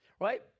right